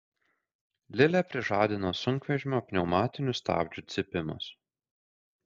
lilę prižadino sunkvežimio pneumatinių stabdžių cypimas